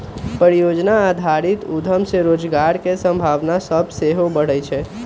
परिजोजना आधारित उद्यम से रोजगार के संभावना सभ सेहो बढ़इ छइ